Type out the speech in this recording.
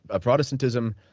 Protestantism